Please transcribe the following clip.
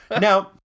Now